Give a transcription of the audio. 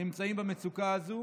נמצאים במצוקה הזו,